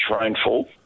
rainfall